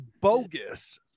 bogus